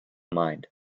mind